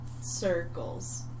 circles